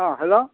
অ' hello